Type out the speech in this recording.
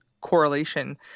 correlation